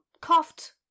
coughed